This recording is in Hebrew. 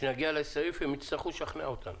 כשנגיע לסעיף, יצטרכו לשכנע אותנו.